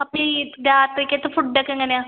അപ്പോൾ ഈ രാത്രിക്കേത്ത ഫുഡ്ഡക്കെ എങ്ങനെയാണ്